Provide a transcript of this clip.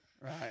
Right